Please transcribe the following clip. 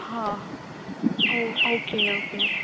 हां ओ okay okay